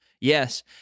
Yes